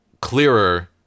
clearer